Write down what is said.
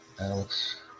Alex